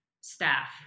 staff